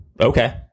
okay